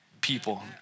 people